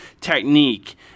technique